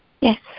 Yes